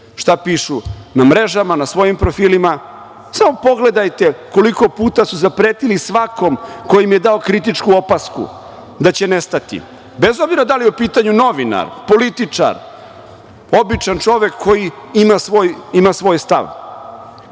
šta pišu na mrežama, na svojim profilima, samo pogledajte koliko puta su zapretili svakom ko im je dao kritičku opasku da će nestati, bez obzira da li je u pitanju novinar, političar, običan čovek koji ima svoj stav. Kada